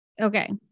Okay